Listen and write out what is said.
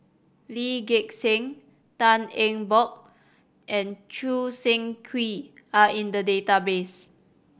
Lee Gek Seng Tan Eng Bock and Choo Seng Quee are in the database